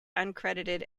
uncredited